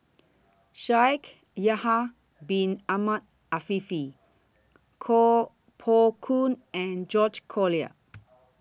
Shaikh Yahya Bin Ahmed Afifi Koh Poh Koon and George Collyer